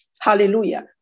Hallelujah